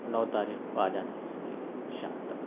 نو تاریخ کو آ جانا ہے سمجھیے شام تک